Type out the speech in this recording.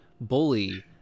bully